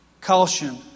Caution